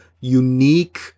unique